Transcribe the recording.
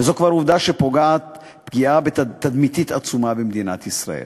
וזו כבר עובדה שפוגעת פגיעה תדמיתית עצומה במדינת ישראל.